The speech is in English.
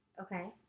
Okay